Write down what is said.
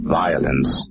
violence